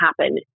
happen